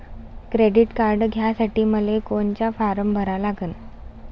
Credit card घ्यासाठी मले कोनचा फारम भरा लागन?